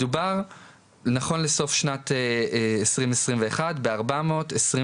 מדובר נכון לסוף שנת 2021 בארבע מאות עשרים